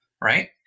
right